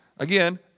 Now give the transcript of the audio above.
Again